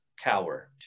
cower